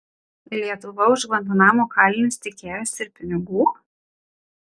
lietuva už gvantanamo kalinius tikėjosi ir pinigų